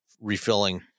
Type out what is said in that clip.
refilling